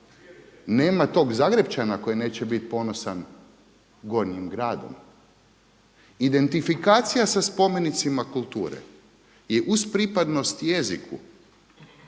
nema tog Zagrepčana koji neće bit ponosan Gornjim gradom. Identifikacija sa spomenicima kulture je uz pripadnost jeziku